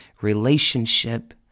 relationship